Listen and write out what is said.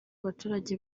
baturage